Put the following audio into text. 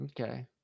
Okay